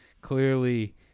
clearly